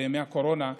בימי הקורונה,